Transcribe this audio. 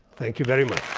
thank you very much.